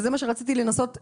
וזה מה שרציתי לנסות להבין.